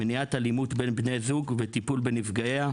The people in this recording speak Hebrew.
מניעת אלימות בין בני זוג וטיפול בנפגעיה,